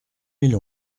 mille